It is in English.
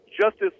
justice